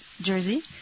jersey